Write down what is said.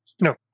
No